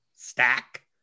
stack